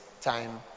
time